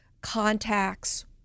contacts